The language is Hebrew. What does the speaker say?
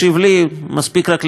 מספיק רק להקשיב ללבני,